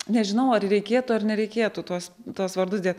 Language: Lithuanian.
nežinau ar reikėtų ar nereikėtų tuos tuos vardus dėt